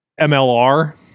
MLR